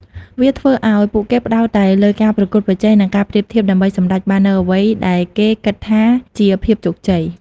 វាធ្វើឲ្យពួកគេផ្តោតតែលើការប្រកួតប្រជែង និងការប្រៀបធៀបដើម្បីសម្រេចបាននូវអ្វីដែលគេគិតថាជាភាពជោគជ័យ។